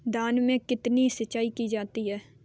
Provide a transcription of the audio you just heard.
धान में कितनी सिंचाई की जाती है?